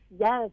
Yes